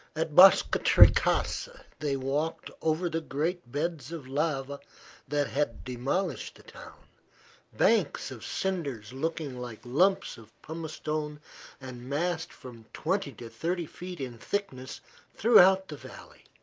at boscatrecasa they walked over the great beds of lava that had demolished the town banks of cinders looking like lumps of pumice stone and massed from twenty to thirty feet in thickness throughout the valley.